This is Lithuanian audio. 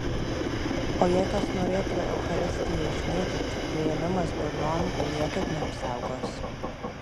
o jei kas norėtų eucharistiją išniekinti priėmimas burnon niekaip neapsaugos